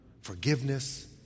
forgiveness